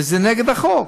וזה נגד החוק,